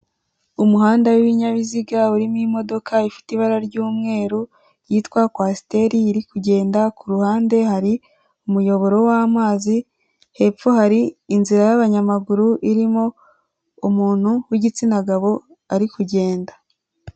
Umuhanda w'ibinyabiziga urimo imodoka ifite ibara ry'umweru yitwa kwasiteri iri kugenda, ku ruhande hari umuyoboro w'amazi, hepfo hari inzira y'abanyamaguru irimo umuntu w'igitsina gabo ari kugenda.